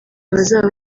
bazaba